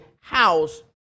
house